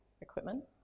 equipment